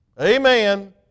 Amen